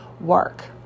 work